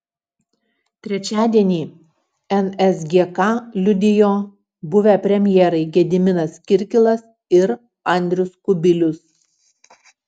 trečiadienį nsgk liudijo buvę premjerai gediminas kirkilas ir andrius kubilius